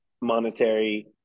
monetary